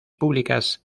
públicas